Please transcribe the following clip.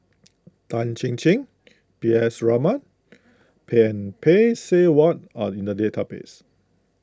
Tan Chin Chin P S Raman pang Phay Seng Whatt are in the database